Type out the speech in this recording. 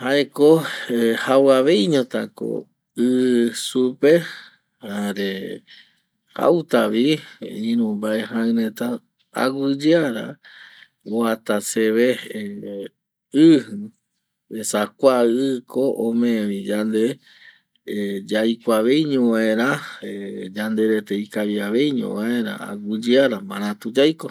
Jaeko jau aveiño ta ko ɨ supe jare jauta vi iru mbae jaɨ reta aguiyeara vuata seve ɨ esa kua ɨ ko ome vi yande yaiko aveiño vaera yanderete ikavi aveiño vaera aguɨyeara maratu yaiko